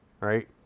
Right